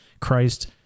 Christ